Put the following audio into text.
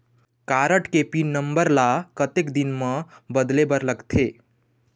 Card के pin number ला कतक दिन म बदले बर लगथे?